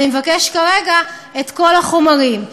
אני מבקש כרגע את כל החומרים.